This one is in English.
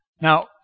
Now